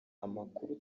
amakuru